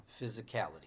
physicality